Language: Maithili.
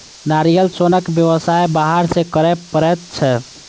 नारियल सोनक व्यवसाय बाहर सॅ करय पड़ैत छै